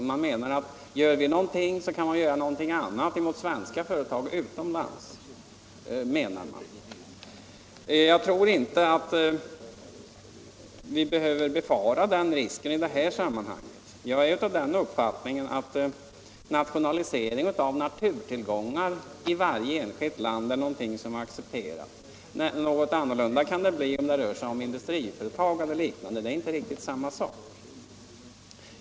Utskottet menar att gör vi någonting, kan man göra något annat mot svenska företag utomlands. Jag tror inte att vi behöver befara det i det här sammanhanget. Tvärtom har jag den uppfattningen att nationalisering av naturtillgångar inom varje enskilt land är någonting accepterat. Något annorlunda kan det bli om det rör sig om industriföretag eller liknande; det är inte riktigt samma sak.